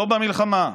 לא במלחמה.